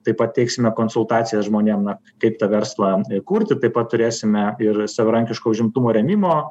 tai pat teiksime konsultacijas žmonėm na kaip tą verslą kurti taip pat turėsime ir savarankiško užimtumo rėmimo